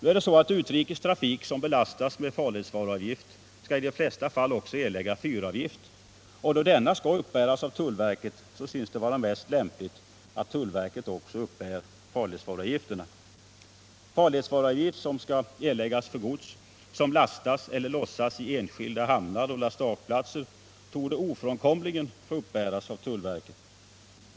Utrikes trafik som belastas med farledsvaruavgift skall i de flesta fall också erlägga fyravgift, och då denna skall uppbäras av tullverket synes det vara mest lämpligt att tullverket också uppbär farledsvaruavgifterna. Farledsvaruavgift som skall erläggas för gods som lastas eller lossas i enskilda hamnar och lastageplatser torde ofrånkomligen få uppbäras av tullverket.